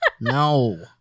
no